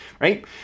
right